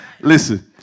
Listen